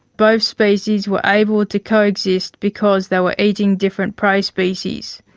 both species were able to coexist because they were eating different prey species.